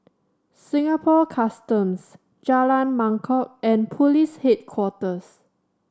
Singapore Customs Jalan Mangkok and Police Headquarters